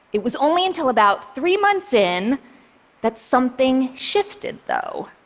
it was only until about three months in that something shifted, though.